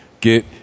get